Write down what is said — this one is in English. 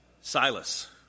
Silas